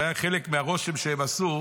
זה היה חלק מהרושם שהם עשו.